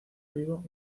vivo